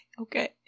okay